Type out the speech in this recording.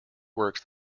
works